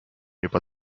juba